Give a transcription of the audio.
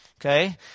okay